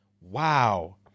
Wow